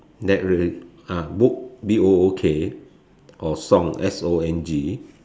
that really ah book B O O K or song S O N G